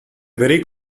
very